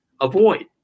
avoid